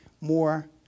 more